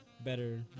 better